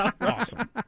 awesome